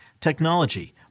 technology